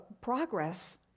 progress